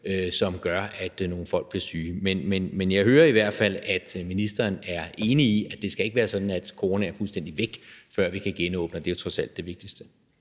som gør, at nogle folk bliver syge. Men jeg hører i hvert fald, at ministeren er enig i, at det ikke skal være sådan, at corona er fuldstændig væk, før vi kan genåbne, og det er trods alt det vigtigste.